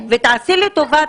ותעשי לי טובה,